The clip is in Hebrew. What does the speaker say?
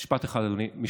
משפט אחד, אדוני.